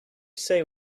say